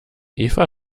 eva